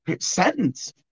sentence